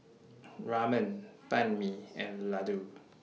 Ramen Banh MI and Ladoo